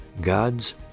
God's